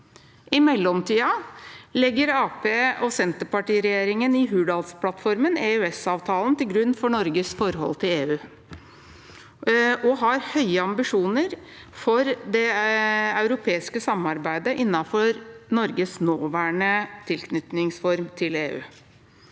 I mellomtiden legger Arbeiderparti–Senterparti-regjeringen i Hurdalsplattformen EØS-avtalen til grunn for Norges forhold til EU og har høye ambisjoner for det europeiske samarbeidet innenfor Norges nåværende tilknytningsform til EU.